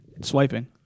swiping